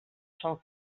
són